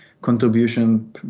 contribution